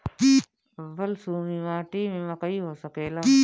बलसूमी माटी में मकई हो सकेला?